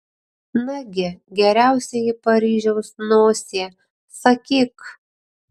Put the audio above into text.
nagi geriausioji paryžiaus nosie sakyk